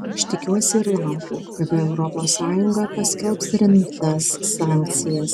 aš tikiuosi ir laukiu kada europos sąjunga paskelbs rimtas sankcijas